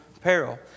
peril